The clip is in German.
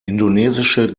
indonesische